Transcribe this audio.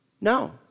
No